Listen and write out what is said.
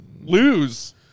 Lose